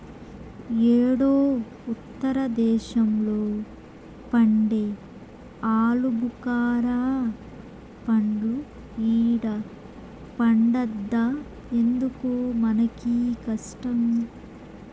యేడో ఉత్తర దేశంలో పండే ఆలుబుకారా పండ్లు ఈడ పండద్దా ఎందుకు మనకీ కష్టం